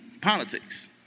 politics